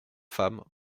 femmes